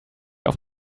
auf